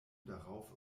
darauf